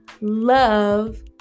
love